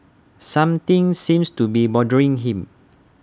something seems to be bothering him